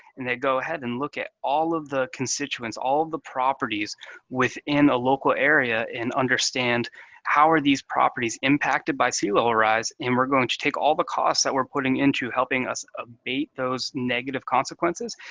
and they go ahead and look at all of the constituents, all the properties within a local area and understand how are these properties impacted by sea level rise, and we're going to take all the costs that we're putting into helping us abate those negative consequences,